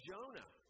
Jonah